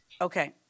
Okay